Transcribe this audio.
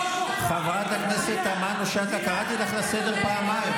חברת הכנסת תמנו שטה, אני קראתי אותך לסדר פעמיים.